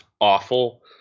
awful